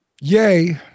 Yay